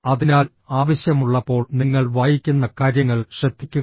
അതിനാൽ ആവശ്യമുള്ളപ്പോൾ നിങ്ങൾ വായിക്കുന്ന കാര്യങ്ങൾ ശ്രദ്ധിക്കുക